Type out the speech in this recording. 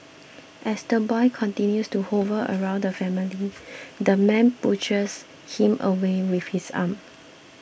as the boy continues to hover around the family the man pushes him away with his arm